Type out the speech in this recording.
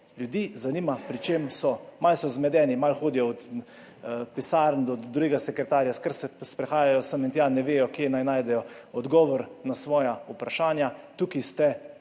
Ljudi zanima, pri čem so. Malo so zmedeni, malo hodijo od pisarn do drugega sekretarja, se kar sprehajajo sem in tja, ne vedo, kje naj najdejo odgovor na svoja vprašanja. Tukaj ste,